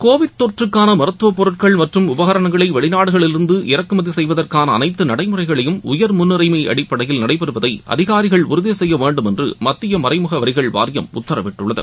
Covid தொற்றுக்கானமருத்துவப் பொருட்கள் மற்றும் உபகரணங்களைவெளிநாடுகளில் இருந்து இறக்குமதிசெய்வதற்கானஅனைத்துநடைமுறைகளையும் உயர்முன்னுரிமைஅடிப்படையில் நடைபெறுவதைஅதிகாரிகள் உறுதிசெய்யவேண்டும் என்றுமத்தியமறைமுகவரிகள் வாரியம் உத்தரவிட்டுள்ளது